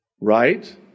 Right